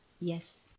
Yes